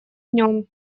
днем